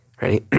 Ready